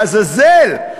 לעזאזל.